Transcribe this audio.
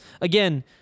Again